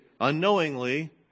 unknowingly